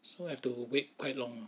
so have to wait quite long ah